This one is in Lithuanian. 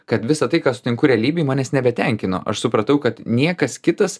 kad visa tai ką sutinku realybėj manęs nebetenkino aš supratau kad niekas kitas